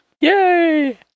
Yay